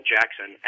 Jackson